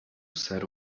usar